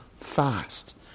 fast